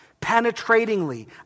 penetratingly